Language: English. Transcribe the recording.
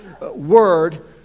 word